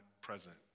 present